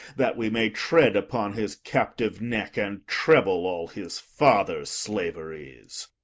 that we may tread upon his captive neck, and treble all his father's slaveries.